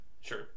sure